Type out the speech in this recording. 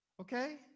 Okay